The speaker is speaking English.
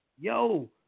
Yo